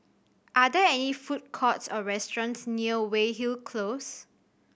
are there any food courts or restaurants near Weyhill Close